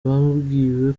babwiwe